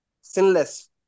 sinless